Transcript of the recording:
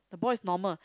the boy is normal